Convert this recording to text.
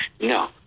no